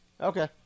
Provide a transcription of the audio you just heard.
Okay